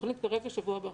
תכנית קרב בשבוע הבא.